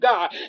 God